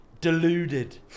deluded